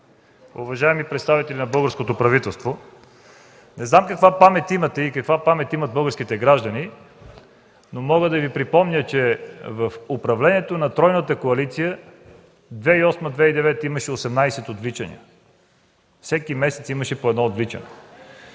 уважаеми представители на българското правителство! Не знам каква памет имате и каква памет имат българските граждани, но мога да Ви припомня, че през управлението на тройната коалиция през 2008-2009 г. имаше 18 отвличания. Всеки месец имаше по едно отвличане.